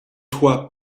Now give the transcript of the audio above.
toit